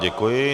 Děkuji.